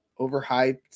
overhyped